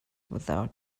without